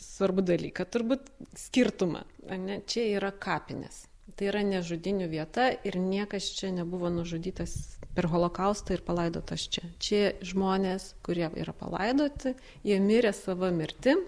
svarbų dalyką turbūt skirtumą ane čia yra kapinės tai yra ne žudynių vieta ir niekas čia nebuvo nužudytas per holokaustą ir palaidotas čia čia žmonės kurie yra palaidoti jie mirė sava mirtim